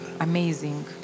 Amazing